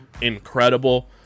incredible